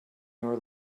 your